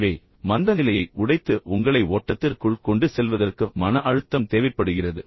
எனவே மந்தநிலையை உடைத்து உங்களை ஓட்டத்திற்குள் கொண்டு செல்வதற்கு மன அழுத்தம் தேவைப்படுகிறது